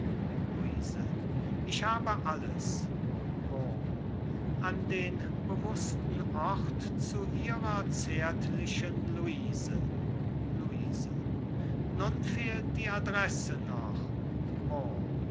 luise ich habe alles wurm an den bewußten ort zu ihrer zärtlichen luise luise nun fehlt die adresse noch wurm